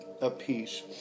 apiece